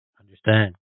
understand